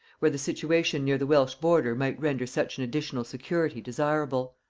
where the situation near the welsh border might render such an additional security desirable.